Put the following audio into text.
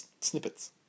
snippets